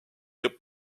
des